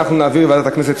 אנחנו נעביר לוועדת הכנסת,